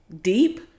deep